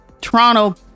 Toronto